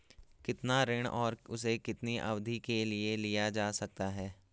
कितना ऋण और उसे कितनी अवधि के लिए लिया जा सकता है?